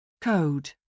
Code